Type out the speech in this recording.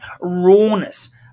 rawness